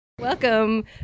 Welcome